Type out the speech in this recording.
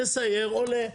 מסייר, עולה.